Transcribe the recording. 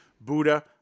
Buddha